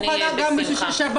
אני מוכנה גם בשישי-שבת,